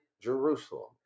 Jerusalem